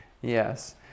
Yes